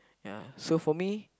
ya so for me